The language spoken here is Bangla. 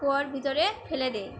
কুয়োর ভিতরে ফেলে দিই